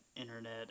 internet